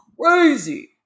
crazy